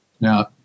Now